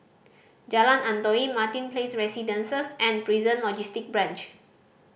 Jalan Antoi Martin Place Residences and Prison Logistic Branch